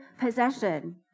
possession